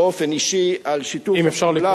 אני רוצה להודות לך באופן אישי על שיתוף הפעולה.